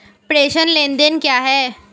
प्रेषण लेनदेन क्या है?